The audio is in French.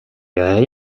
verrez